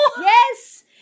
Yes